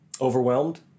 Overwhelmed